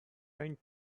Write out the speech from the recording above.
went